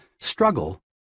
struggle